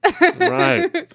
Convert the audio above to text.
Right